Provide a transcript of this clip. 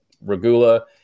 Regula